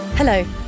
Hello